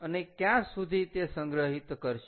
અને ક્યાં સુધી તે સંગ્રહિત કરશે